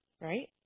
right